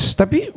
tapi